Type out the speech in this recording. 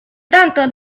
tanto